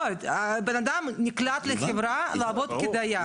בן אדם נקלט לחברה לעבוד כדייל